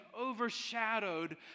overshadowed